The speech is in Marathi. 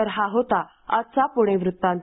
तर हा होता आजचा पुणे वृत्तांत